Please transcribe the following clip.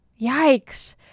Yikes